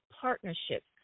partnerships